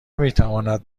میتواند